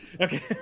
okay